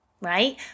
right